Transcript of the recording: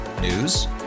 News